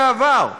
בעבר,